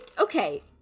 okay